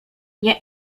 nie